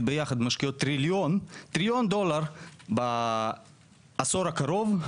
ביחד משקיעות טריליון דולר בעשור הקרוב,